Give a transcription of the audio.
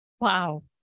Wow